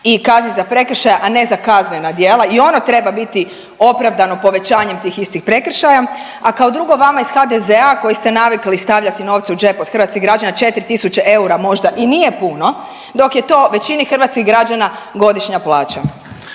i kazni za prekršaje, a ne za kaznena djela i ono treba biti opravdano povećanjem tih istih prekršaja, a kao drugo, vama iz HDZ-a koji ste navikli stavljati novce u džep od hrvatskih građana, 4 000 eura možda i nije puno, dok je to većini hrvatskih građana godišnja plaća.